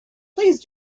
please